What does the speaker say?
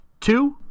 Two